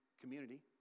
community